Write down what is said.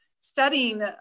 studying